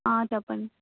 ఆ చెప్పండి